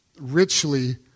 richly